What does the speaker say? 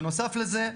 בנוסף לזה,